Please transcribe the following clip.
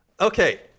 Okay